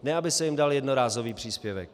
Ne aby se jim dal jednorázový příspěvek.